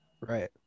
Right